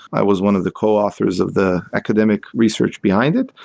i was one of the co-authors of the academic research behind it.